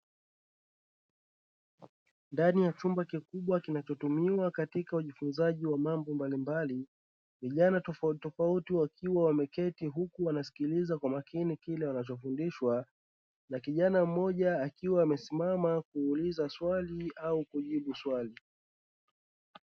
Ndani ya chumba kikubwa kinachotumiwa katika ujifunzaji wa mambo mbalimbali. Vijana tofauti tofauti wakiwa wameketi huku wanasikiliza kwa makini kile wanachofundishwa, na kijana mmoja akiwa amesimama kuuliza swali au kujibu swali.